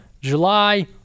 July